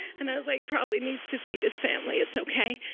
and i was like, probably needs to feed his family. it's ok.